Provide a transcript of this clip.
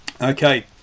Okay